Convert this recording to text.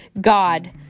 god